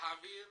להעביר